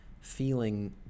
feeling